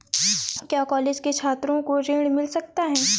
क्या कॉलेज के छात्रो को ऋण मिल सकता है?